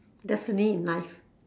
destiny in life